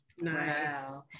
Nice